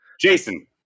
Jason